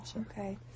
okay